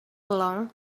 along